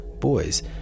boys